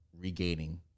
regaining